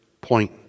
point